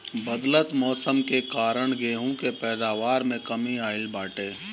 बदलत मौसम के कारण गेंहू के पैदावार में कमी आइल बाटे